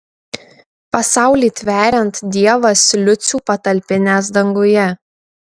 pasaulį tveriant dievas liucių patalpinęs danguje